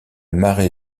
mare